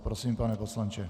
Prosím, pane poslanče.